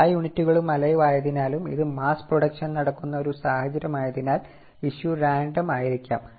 എല്ലാ യൂണിറ്റുകളും അലൈവ് ആയതിനാലും ഇത് മാസ്സ് പ്രൊഡക്ഷൻ നടക്കുന്ന ഒരു സാഹചര്യമായതിനാൽ ഇഷ്യൂ രാൻഡം ആയിരിക്കാം